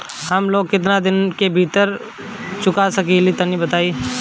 हम लोन केतना दिन के भीतर चुका सकिला तनि बताईं?